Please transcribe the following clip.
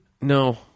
No